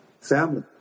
family